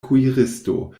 kuiristo